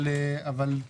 אבל אנחנו